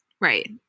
Right